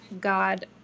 God